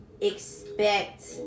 expect